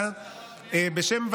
(תיקון מס' 2). יעלה